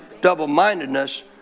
double-mindedness